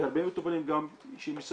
וגם הרבה מטופלים שמסיימים